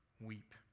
weep